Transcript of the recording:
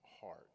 heart